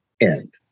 end